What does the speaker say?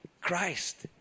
Christ